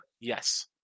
Yes